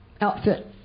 outfit